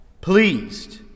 pleased